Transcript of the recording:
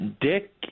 Dick